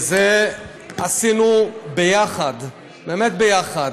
ואת זה עשינו יחד, באמת יחד,